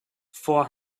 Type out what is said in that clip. four